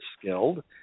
skilled